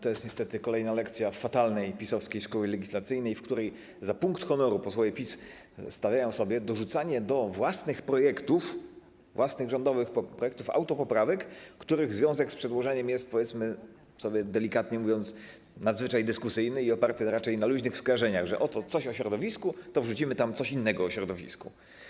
To jest niestety kolejna lekcja fatalnej PiS-owskiej szkoły legislacyjnej, w której za punkt honoru posłowie PiS stawiają sobie dorzucanie do własnych projektów, własnych rządowych projektów autopoprawek, których związek z przedłożeniem jest, delikatnie mówiąc, nadzwyczaj dyskusyjny i oparty raczej na luźnych skojarzeniach typu: oto coś o środowisku, to wrzucimy tam coś innego o środowisku.